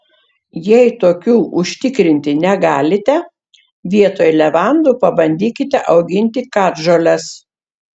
jei tokių užtikrinti negalite vietoj levandų pabandykite auginti katžoles